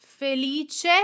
Felice